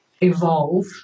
evolve